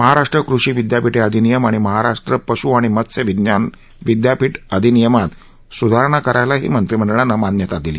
महाराष्ट्र कृषी विदयापीठे अधिनियम आणि महाराष्ट्र पश् आणि मत्स्य विज्ञान विद्यापीठ अधिनियमात स्धारणा करायलाही मंत्रीमंडळानं मान्यता दिली